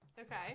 Okay